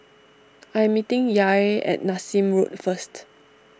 I am meeting Yair at Nassim Road first